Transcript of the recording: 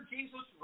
Jesus